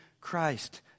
Christ